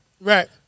Right